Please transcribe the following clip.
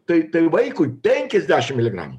tai tai vaikui penkiasdešim miligramų